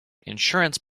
insurance